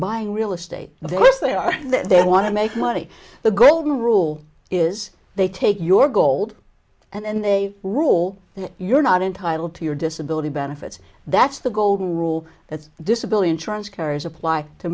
buying real estate there is they are they want to make money the golden rule is they take your gold and they rule that you're not entitled to your disability benefits that's the golden rule that disability insurance carriers apply to